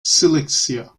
cilicia